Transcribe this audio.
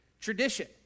tradition